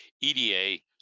EDA